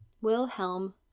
Wilhelm